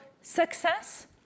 success